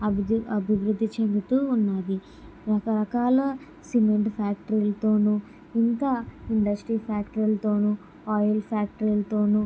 అభివృ అభివృద్ధి చెందుతూ ఉన్నది రకరకాల సిమెంట్ ఫ్యాక్టరీలతోనూ ఇంకా ఇండస్ట్రీ ఫ్యాక్టరీలతోనూ ఆయిల్ ఫ్యాక్టరీలతోనూ